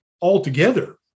altogether